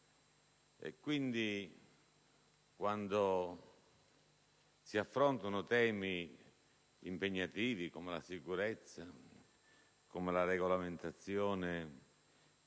Dunque, quando si affrontano temi impegnativi come la sicurezza e la regolamentazione